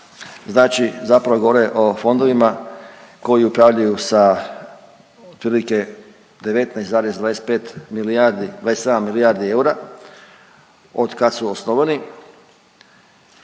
znači zapravo govore o fondovima koji upravljaju sa otprilike 19,25 milijardi, 27 milijardi eura otkad su osnovani,